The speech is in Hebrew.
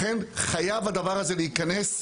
לכן חייב הדבר הזה להיכנס.